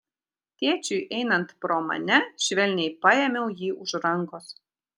tėčiui einant pro mane švelniai paėmiau jį už rankos